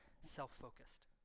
self-focused